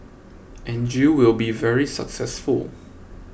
and you will be very successful